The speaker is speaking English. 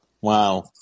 Wow